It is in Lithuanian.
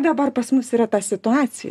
dabar pas mus yra ta situacija